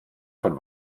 von